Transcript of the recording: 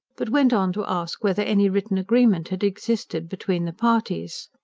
but went on to ask whether any written agreement had existed between the parties.